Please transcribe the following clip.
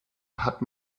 hat